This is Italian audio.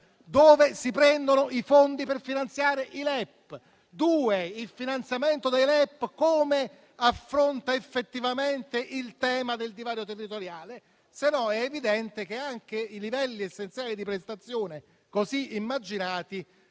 dove si prendono i fondi per finanziarli e, in secondo luogo, il finanziamento dei LEP come affronta effettivamente il tema del divario territoriale? Altrimenti è evidente che anche i livelli essenziali di prestazione, così immaginati,